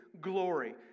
glory